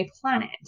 Planet